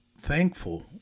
thankful